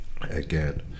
again